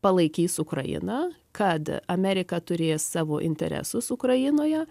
palaikys ukrainą kad amerika turės savo interesus ukrainoje